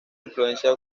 influencias